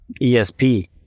ESP